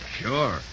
Sure